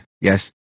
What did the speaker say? Yes